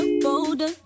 Bolder